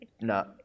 No